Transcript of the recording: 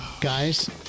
Guys